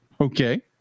Okay